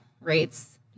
rates